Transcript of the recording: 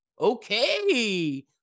okay